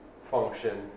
function